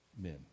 men